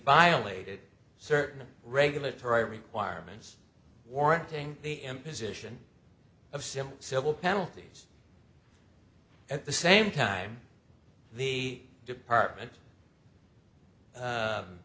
violated certain regulatory requirements warranting the imposition of civil civil penalties at the same time the department